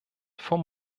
vom